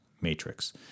matrix